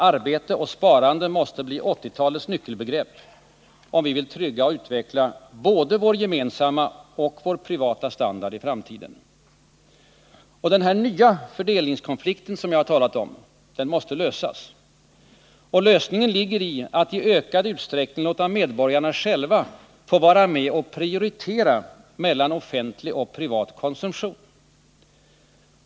Arbete och sparande måste bli 1980-talets nyckelbegrepp, om vi vill trygga och utveckla både vår gemensamma och vår privata standard i framtiden. Den nya fördelningskonflikt som jag här talat om måste få sin lösning. Och lösningen ligger i att i ökad utsträckning låta medborgarna själva prioritera mellan offentlig och privat konsumtion.